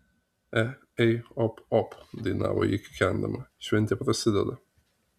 e ei op op dainavo ji kikendama šventė prasideda